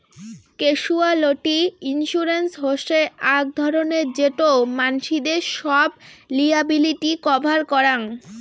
casualty insurance হসে আক ধরণের যেটো মানসিদের সব লিয়াবিলিটি কভার করাং